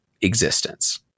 existence